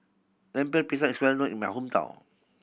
Lemper Pisang is well known in my hometown